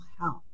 health